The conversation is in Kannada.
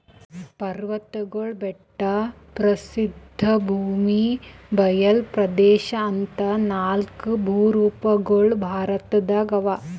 ಪರ್ವತ್ಗಳು ಬೆಟ್ಟ ಪ್ರಸ್ಥಭೂಮಿ ಬಯಲ್ ಪ್ರದೇಶ್ ಅಂತಾ ನಾಲ್ಕ್ ಭೂರೂಪಗೊಳ್ ಭಾರತದಾಗ್ ಅವಾ